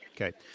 okay